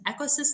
ecosystem